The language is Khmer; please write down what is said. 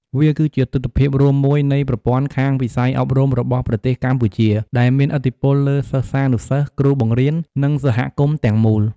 វាគឺជាទិដ្ឋភាពរួមមួយនៃប្រព័ន្ធខាងវិស័យអប់រំរបស់ប្រទេសកម្ពុជា ដែលមានឥទ្ធិពលលើសិស្សានុសិស្ស គ្រូបង្រៀន និងសហគមន៍ទាំងមូល។